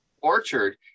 orchard